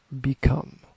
become